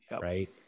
Right